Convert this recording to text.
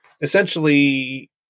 essentially